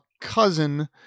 cousin